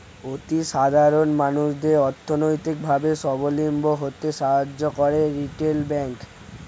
অতি সাধারণ মানুষদের অর্থনৈতিক ভাবে সাবলম্বী হতে সাহায্য করে রিটেল ব্যাংক